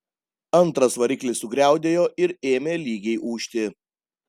antras variklis sugriaudėjo ir ėmė lygiai ūžti